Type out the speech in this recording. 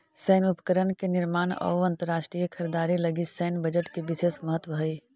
सैन्य उपकरण के निर्माण अउ अंतरराष्ट्रीय खरीदारी लगी सैन्य बजट के विशेष महत्व हई